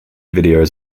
videos